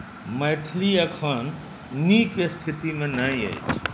मैथिली एखन नीक स्थितिमे नहि अछि